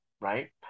right